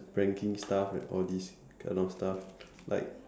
pranking stuff and all these kind of stuff like